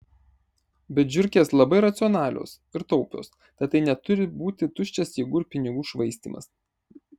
bet žiurkės labai racionalios ir taupios tad tai neturi būti tuščias jėgų ir pinigų švaistymas